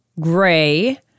gray